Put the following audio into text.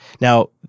Now